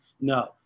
No